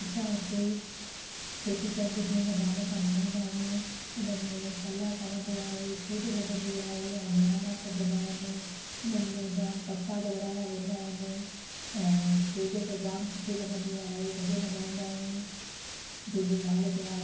असां हिते चेटीचंड धूमधाम सां मल्हाईंदा आहियूं उनमें पलव पवंदो आहे छेॼ लॻंदी आहे ऐं बहिराणा खॼंदा आहिनि उन्हनि में जाम परसाद विराहा वेंदा आहिनि ऐं छेॼ त जाम सुठी लॻंदी आहे भजन ॻाईंदा आहियूं झूलेलाल जा